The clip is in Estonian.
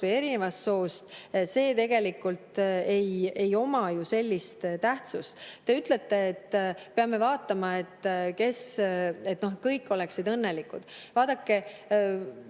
või eri soost, see tegelikult ei oma ju suurt tähtsust. Te ütlete, et me peame vaatama, et kõik oleksid õnnelikud. Vaadake,